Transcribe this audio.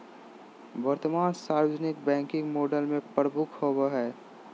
वर्तमान सार्वजनिक banking model में प्रमुख होबो हइ